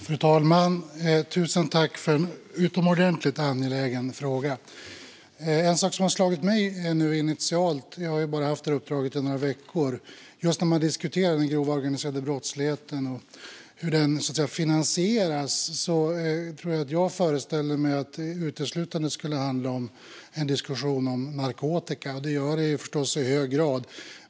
Fru talman! Tusen tack för en utomordentligt angelägen fråga! En sak som har slagit mig initialt - jag har ju bara haft det här uppdraget några veckor - just när man diskuterar den grova organiserade brottsligheten och hur den finansieras är att det uteslutande skulle handla om narkotika. Det gör det ju förstås i hög grad.